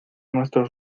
nuestros